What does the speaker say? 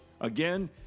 Again